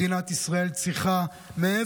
מדינת ישראל צריכה עכשיו,